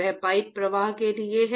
वह पाइप प्रवाह के लिए है